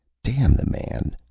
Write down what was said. damn the man,